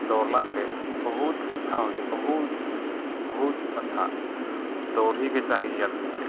दौड़लासँ बहुत अच्छा होइत छै बहुत बहुत अच्छा दौड़ेहेके चाही आदमीके